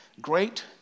Great